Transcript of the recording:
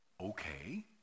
Okay